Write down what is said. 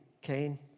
Cain